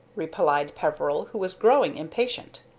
replied peveril, who was growing impatient.